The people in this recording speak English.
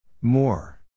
More